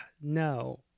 no